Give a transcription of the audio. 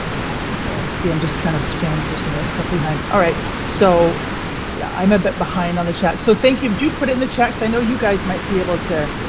yeah, ok, see i'm just kind of scanning through some of the stuff behind. alright so yeah i'm a bit behind on the chat so thank you. do you put in the checks? i know you guys might be able to.